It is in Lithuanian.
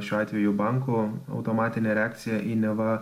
šiuo atveju banko automatinė reakcija į neva